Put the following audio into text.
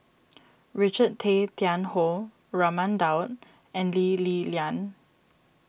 Richard Tay Tian Hoe Raman Daud and Lee Li Lian